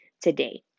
today